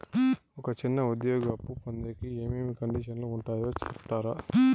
ఒక చిన్న ఉద్యోగి అప్పు పొందేకి ఏమేమి కండిషన్లు ఉంటాయో సెప్తారా?